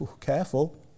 Careful